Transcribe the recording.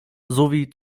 sowie